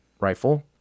rifle